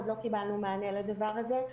עוד לא קיבלנו מענה לדבר הזה.